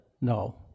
no